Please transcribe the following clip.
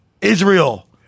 Israel